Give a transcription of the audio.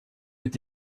with